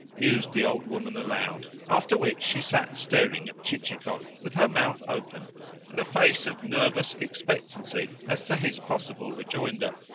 mused the old woman aloud after which she sat staring at chichikov with her mouth open and a face of nervous expectancy as to his possible rejoinder.